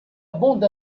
bande